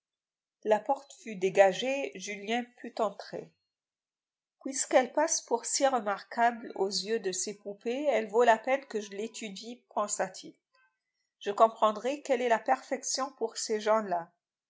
la porte fut dégagée julien put entrer puisqu'elle passe pour si remarquable aux yeux de ces poupées elle vaut la peine que je l'étudie pensa-t-il je comprendrai quelle est la perfection pour ces gens-là